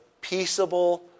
peaceable